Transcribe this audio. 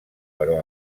però